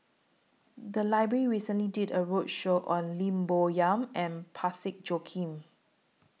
The Library recently did A roadshow on Lim Bo Yam and Parsick Joaquim